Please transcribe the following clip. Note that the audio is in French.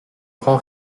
grand